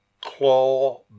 claw